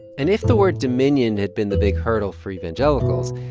and if the word dominion had been the big hurdle for evangelicals,